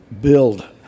build